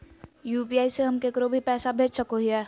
UPI से हम केकरो भी पैसा भेज सको हियै?